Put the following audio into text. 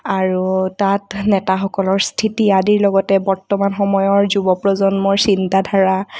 আৰু তাত নেতাসকলৰ স্থিতি আদিৰ লগতে বৰ্তমান সময়ৰ যুৱ প্ৰজন্মৰ চিন্তাধাৰা